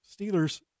Steelers